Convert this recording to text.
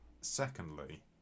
Secondly